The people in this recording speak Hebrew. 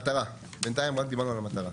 מטרה, בנתיים רק דיברנו על המטרה.